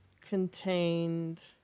contained